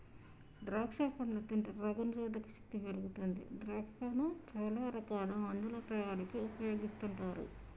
ద్రాక్షా పండ్లు తింటే రోగ నిరోధక శక్తి పెరుగుతుంది ద్రాక్షను చాల రకాల మందుల తయారీకి ఉపయోగిస్తుంటారు